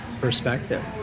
perspective